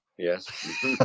Yes